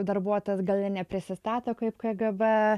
darbuotojas gal ir neprisistato kaip kgb